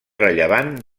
rellevant